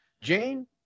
Jane